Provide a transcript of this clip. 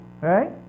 right